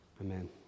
Amen